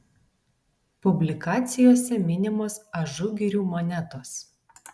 publikacijose minimos ažugirių monetos